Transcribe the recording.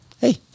Hey